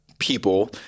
people